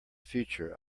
future